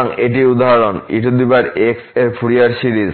সুতরাং এটি উদাহরণ ex এর ফুরিয়ার সিরিজ